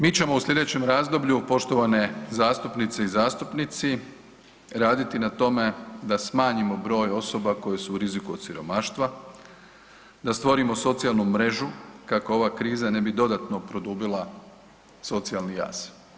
Mi ćemo u sljedećem razdoblju poštovane zastupnice i zastupnici raditi na tome da smanjimo broj osoba koje su u riziku od siromaštva, da stvorimo socijalnu mrežu kako ova kriza ne bi dodatno produbila socijalni jaz.